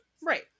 right